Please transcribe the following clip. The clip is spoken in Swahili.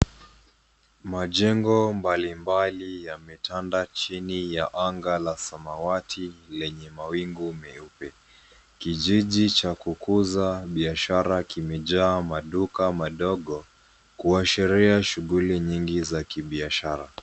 Majengo mbalimbali yametanda chini ya anga la samawati lenye mawingu meupe. Kijiji cha kukuza biashara kimejaa maduka madogo kuashiria shuguli nyingi za kibiashara.